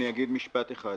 אגיד משפט אחד: